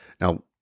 Now